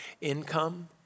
income